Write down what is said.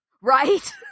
Right